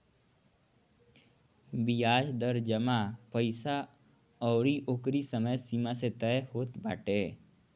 बियाज दर जमा पईसा अउरी ओकरी समय सीमा से तय होत बाटे